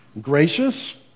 Gracious